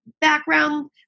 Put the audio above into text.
background